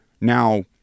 now